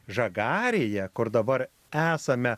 žagarėje kur dabar esame